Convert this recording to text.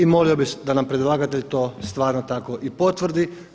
I molio bih da nam predlagatelj to stvarno tako i potvrdi.